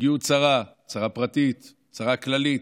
תגיע צרה, צרה פרטית, צרה כללית,